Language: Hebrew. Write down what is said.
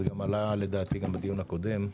זה עלה לדעתי גם בדיון הקודם,